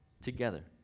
together